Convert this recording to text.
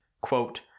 Quote